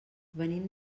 venim